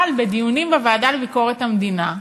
אבל בדיונים בוועדה לביקורת המדינה,